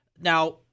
Now